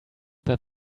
that